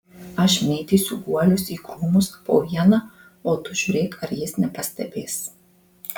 aš mėtysiu guolius į krūmus po vieną o tu žiūrėk ar jis nepastebės